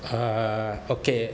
uh okay